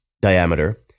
diameter